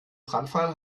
brandfall